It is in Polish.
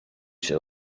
się